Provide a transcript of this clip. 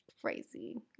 Crazy